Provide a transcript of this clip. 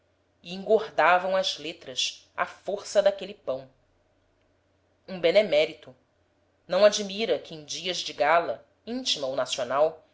e engordavam as letras à força daquele pão um benemérito não admira que em dias de gala íntima ou nacional